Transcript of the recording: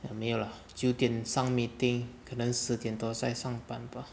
ah 没有 lah 九点上 meeting 可能十点多再上班 bah